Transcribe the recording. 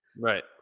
Right